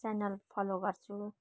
channel follow गर्छु